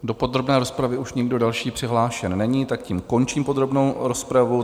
Do podrobné rozpravy už nikdo další přihlášen není, tak tím končím podrobnou rozpravu.